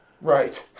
Right